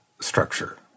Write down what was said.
structure